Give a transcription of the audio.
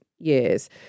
Years